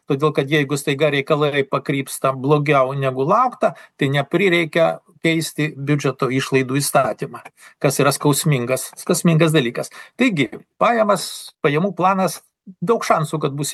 todėl kad jeigu staiga reikalai pakrypsta blogiau negu laukta tai neprireikia keisti biudžeto išlaidų įstatymą kas yra skausmingas skausmingas dalykas taigi pajamas pajamų planas daug šansų kad bus